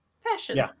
fashion